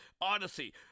Odyssey